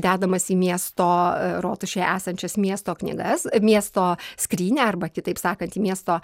dedamas į miesto rotušėj esančias miesto knygas miesto skrynią arba kitaip sakant į miesto